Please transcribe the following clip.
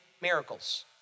miracles